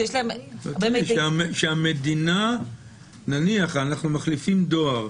שיש להם --- נניח אנחנו מחליפים דואר,